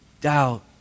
doubt